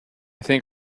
think